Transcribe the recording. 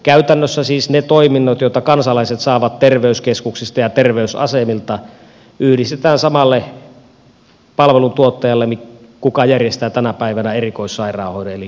käytännössä siis ne toiminnot joita kansalaiset saavat terveyskeskuksista ja terveysasemilta yhdistetään samalle palveluntuottajalle joka järjestää tänä päivänä erikoissairaanhoidon eli keskussairaaloiden toiminnat